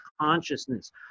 consciousness